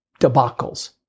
debacles